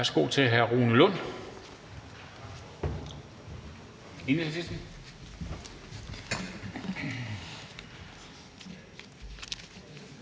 Værsgo til hr. Rune Lund.